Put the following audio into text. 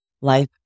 life